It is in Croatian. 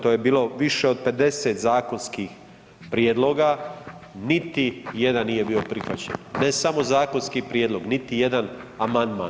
To je bilo više od 50 zakonskih prijedloga, niti jedan nije bio prihvaćen, ne samo zakonski prijedlog, niti jedan amandman.